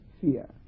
fear